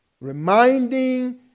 reminding